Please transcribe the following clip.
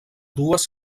dues